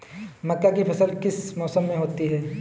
मक्का की फसल किस मौसम में होती है?